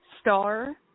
Star